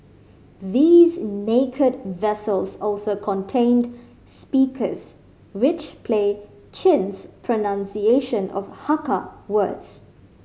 these 'naked' vessels also contained speakers which play Chin's pronunciation of Hakka words